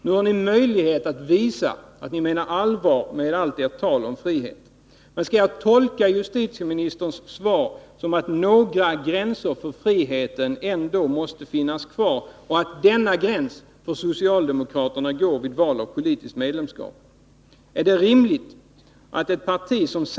Nu har ni möjlighet att visa att ni menar allvar med allt ert tal om frihet. Skall jag tolka justitieministerns svar så, att några gränser för friheten ändå måste finnas kvar och att en sådan gräns för socialdemokraternas del går vid valet av politiskt medlemskap?